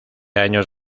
años